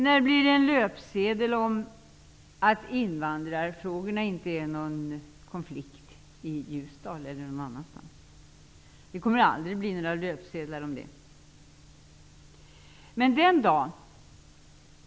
När görs det en löpsedel om att invandrarfrågorna inte utgör en konflikt i Ljusdal eller någon annanstans? Det kommer aldrig att bli några löpsedlar om det.